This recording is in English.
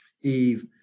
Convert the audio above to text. Eve